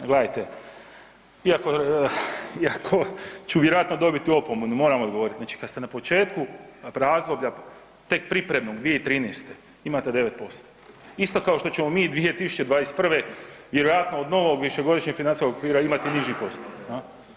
Ha gledajte, iako, iako ću vjerojatno dobiti opomenu, moramo odgovoriti, znači kad ste na početku razdoblja tek pripremnog, 2013. imate 9%, isto kao što ćemo mi 2021. vjerojatno od novog višegodišnjeg financijskog okvira imati niži postotak.